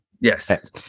Yes